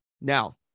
Now